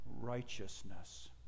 righteousness